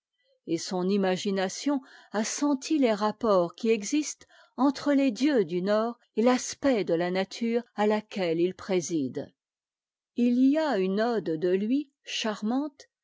et son imagination a senti les rapports qui existent entre les dieux du nord et l'aspect de la nature à laquelle ils président jt y a une ode de lui charmante